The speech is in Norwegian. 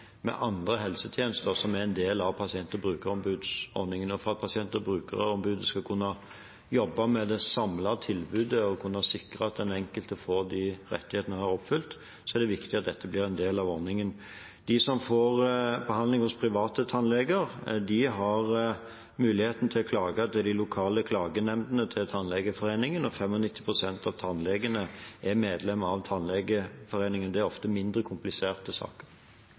med andre helsetjenester som er en del av pasient- og brukerombudsordningen. For at pasient- og brukerombudet skal kunne jobbe med det samlede tilbudet og kunne sikre at den enkelte får de rettighetene en har krav på, er det viktig at dette blir en del av ordningen. De som får behandling hos private tannleger, har muligheten til å klage til de lokale klagenemndene til Tannlegeforeningen. 95 pst. av tannlegene er medlem av Tannlegeforeningen. Det er ofte mindre kompliserte saker.